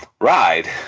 ride